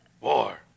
War